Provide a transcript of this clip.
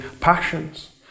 passions